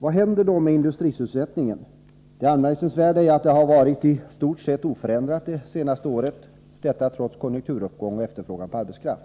Vad händer då med industrisysselsättningen? Det anmärkningsvärda är att den varit i stort sett oförändrad det senaste året — detta trots konjunkturuppgång och efterfrågan på arbetskraft.